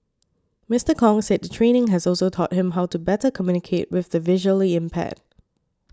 Mister Kong said the training has also taught him how to better communicate with the visually impaired